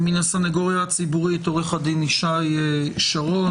מן הסנגוריה הציבורית עורך הדין ישי שרון.